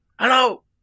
Hello